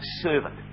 servant